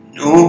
no